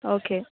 okay